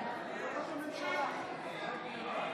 (קוראת בשם חברת הכנסת)